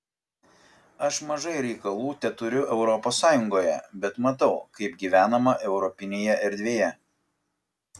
aš mažai reikalų teturiu europos sąjungoje bet matau kaip gyvenama europinėje erdvėje